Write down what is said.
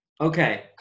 Okay